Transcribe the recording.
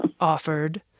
offered